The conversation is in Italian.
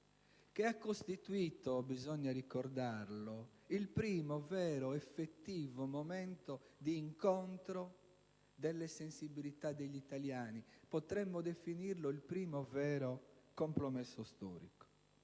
che ha costituito - bisogna ricordarlo - il primo vero effettivo momento di incontro delle sensibilità degli italiani. Potremmo definirlo il primo vero compromesso storico.